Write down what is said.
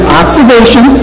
observation